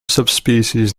subspecies